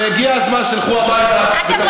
אני אגיד לך עוד משהו